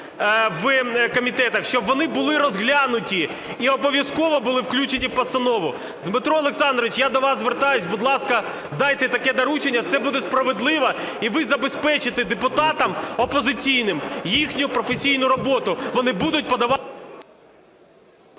у комітетах, щоб вони були розглянуті і обов'язково були включені в постанову. Дмитро Олександрович, я до вас звертаюсь, будь ласка, дайте таке доручення. Це буде справедливо, і ви забезпечите депутатам опозиційним їхню професійну роботу, вони будуть подавати...